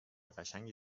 قشنگی